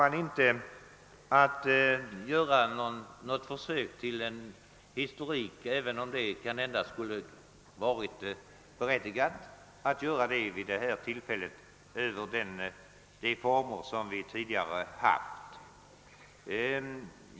Jag ämnar inte göra något försök till historik över de former som vi tidigare har haft, även om en sådan kanske hade varit berättigad vid detta tillfälle.